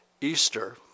Easter